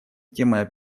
темой